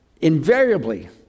invariably